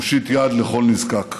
מושיט יד לכל נזקק.